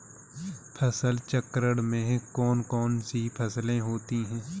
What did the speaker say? फसल चक्रण में कौन कौन सी फसलें होती हैं?